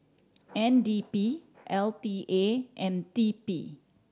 N D P L T A and T P